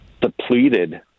depleted